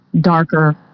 darker